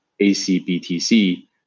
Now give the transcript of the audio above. ACBTC